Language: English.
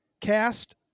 Cast